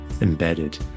embedded